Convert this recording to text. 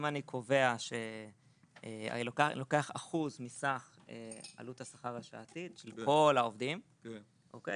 אם אני קובע שאני לוקח אחוז מסך עלות השכר השעתי של כל העובדים שוב,